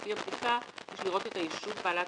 ולפי הבדיקה יש לראות את הישות בעלת